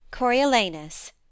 Coriolanus